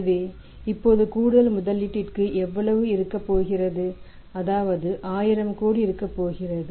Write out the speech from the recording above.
எனவே இப்போது கூடுதல் முதலீட்டிற்கு எவ்வளவு இருக்க போகிறது அதாவது 1000 கோடி இருக்க போகிறது